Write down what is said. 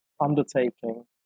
undertaking